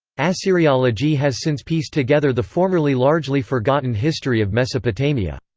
assyriology has since pieced together the formerly largely forgotten history of mesopotamia.